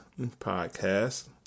podcast